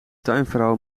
tuinvrouw